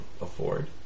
afford